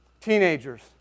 teenagers